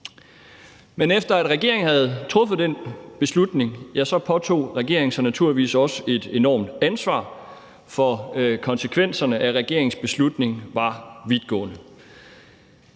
Men efter at regeringen havde truffet den beslutning, påtog regeringen sig naturligvis også et enormt ansvar, for konsekvenserne af regeringens beslutning var vidtgående.